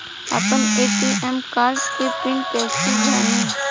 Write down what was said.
आपन ATM card के pin कईसे जानी?